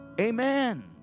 Amen